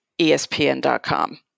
ESPN.com